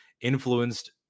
influenced